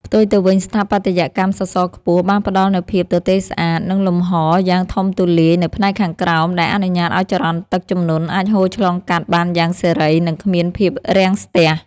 ផ្ទុយទៅវិញ ស្ថាបត្យកម្មសសរខ្ពស់បានផ្ដល់នូវភាពទទេស្អាត និងលំហយ៉ាងធំទូលាយនៅផ្នែកខាងក្រោម ដែលអនុញ្ញាតឱ្យចរន្តទឹកជំនន់អាចហូរឆ្លងកាត់បានយ៉ាងសេរី និងគ្មានភាពរាំងស្ពះ។